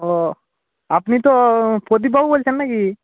ও আপনি তো প্রদীপবাবু বলছেন নাকি